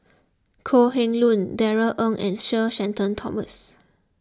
Kok Heng Leun Darrell Ang and Sir Shenton Thomas